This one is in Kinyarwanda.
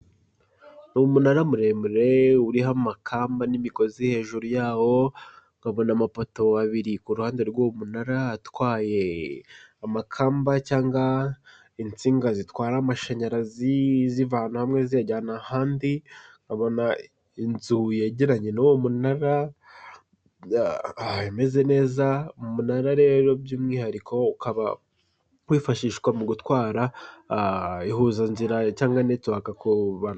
Umunara muremure uriho amakamba n'imigozi hejuru yawo, nkabona amapoto abiri ku ruhande rw'uwo munara atwaye amakamba cyangwa insinga zitwara amashanyarazi zivana hamwe ziyajyana ahandi, nkabona inzu yegeranye n'uwo munara ameze neza, umunara rero by'umwihariko ukaba wifashishwa mu gutwara ihuzanzira cyangwa netwok kuba